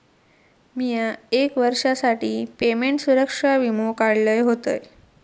मिया एक वर्षासाठी पेमेंट सुरक्षा वीमो काढलय होतय